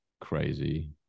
crazy